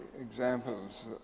examples